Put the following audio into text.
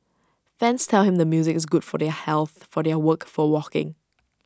fans tell him the music is good for their health for their work for walking